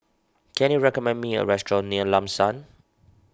can you recommend me a restaurant near Lam San